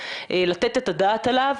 לתת את הדעת עליו,